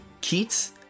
Keats